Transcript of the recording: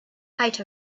height